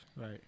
Right